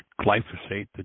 glyphosate